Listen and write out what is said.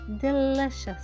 delicious